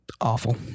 awful